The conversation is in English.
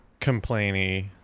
complainy